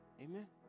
Amen